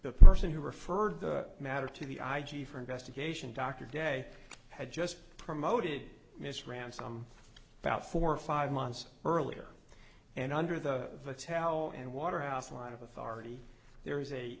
the person who referred the matter to the i g for investigation dr day had just promoted miss ransome about four or five months earlier and under the towel and waterhouse line of authority there is a